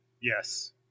Yes